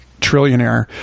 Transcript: trillionaire